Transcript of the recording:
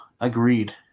agreed